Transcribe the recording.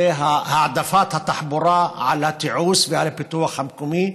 וזה העדפת התחבורה על התיעוש ועל הפיתוח המקומי,